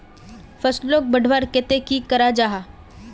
फसलोक बढ़वार केते की करा जाहा?